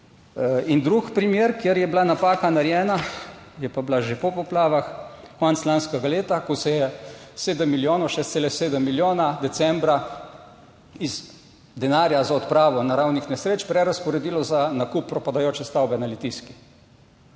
In drug primer, kjer je bila napaka narejena, je pa bila že po poplavah konec lanskega leta, ko se je 7 milijonov, 6,7 milijona, decembra iz denarja za odpravo naravnih nesreč prerazporedilo za nakup propadajoče stavbe na Litijski.